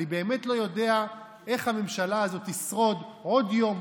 אני באמת לא יודע איך הממשלה הזאת תשרוד עוד יום,